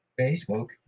Facebook